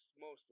mostly